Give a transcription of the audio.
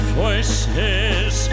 voices